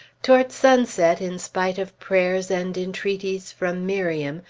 towards sunset, in spite of prayers and entreaties from miriam,